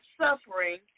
suffering